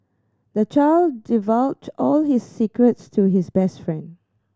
the child divulged all his secrets to his best friend